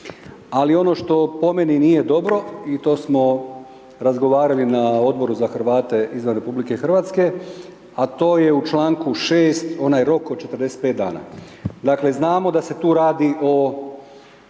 Ali ono što po meni nije dobro i to smo razgovarali na Odboru za Hrvate izvan RH a to je u članku 6. onaj rok od 45 dana. Dakle znamo da se tu radi o